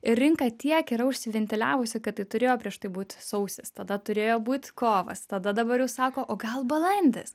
rinka tiek yra užsiventiliavusi kad tai turėjo prieš tai būti sausis tada turėjo būti kovas tada dabar sako o gal balandis